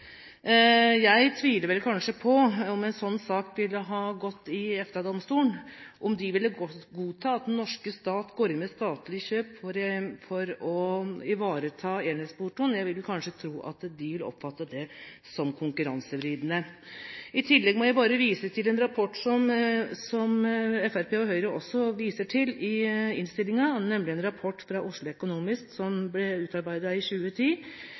Jeg tviler på, om en slik sak ville gått i EFTA-domstolen, at de ville godta at den norske stat går inn med statlig kjøp for å ivareta enhetsportoen. Jeg ville tro at de ville oppfattet det som konkurransevridende. I tillegg må jeg vise til en rapport som Fremskrittspartiet og Høyre også viser til, nemlig en rapport fra Oslo Economics som har tittelen Leveringsplikt på postområdet, som ble utarbeidet i 2010.